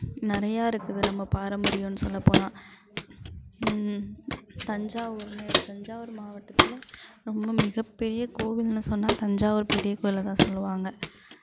நிறையா இருக்குது நம்ம பாரம்பரியன் சொல்ல போனால் தஞ்சாவூர்ன்னு எடு தஞ்சாவூர் மாவட்டத்தில் ரொம்ப மிகப்பெரிய கோவில்ன்னு சொன்னால் தஞ்சாவூர் பெரிய கோயிலைதான் சொல்லுவாங்க